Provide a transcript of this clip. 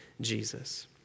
Jesus